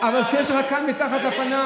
כמו שלפיד לקח את, אבל כשיש, מתחת לפנס.